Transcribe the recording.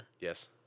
Yes